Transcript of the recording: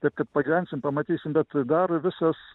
taip kad pagyvensim pamatysim bet dar visas